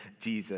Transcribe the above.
Jesus